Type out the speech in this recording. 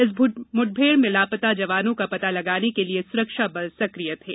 इस मुठभेड़ में लापता जवानों का पता लगाने के लिए सुरक्षा बल सक्रिय थे